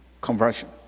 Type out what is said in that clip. conversion